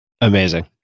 Amazing